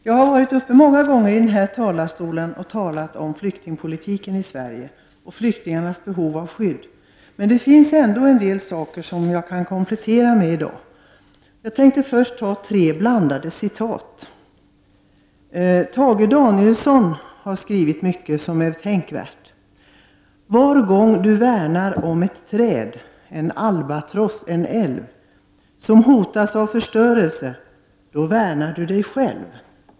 Fru talman! Jag har stått många gånger i denna talarstol och talat om flyktingpolitiken i Sverige och flyktingarnas behov av skydd. Det finns en del saker som jag kan komplettera med i dag. Tage Danielsson har skrivit mycket som är tänkvärt, exempelvis: Var gång du värnar om ett träd, en albatross, en älv som hotas av förstörelse, då värnar du dig själv.